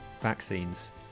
vaccines